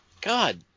God